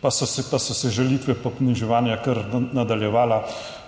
pa so se žalitve, poniževanja kar nadaljevala